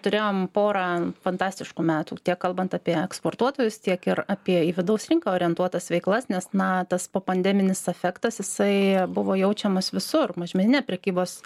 turėjom porą fantastiškų metų tiek kalbant apie eksportuotojus tiek ir apie į vidaus rinką orientuotas veiklas nes na tas po pandeminis efektas jisai buvo jaučiamas visur mažmeninė prekybos